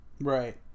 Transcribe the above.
Right